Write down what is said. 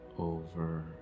over